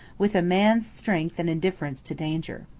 with a man's strength and indifference to danger.